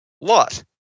lot